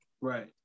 Right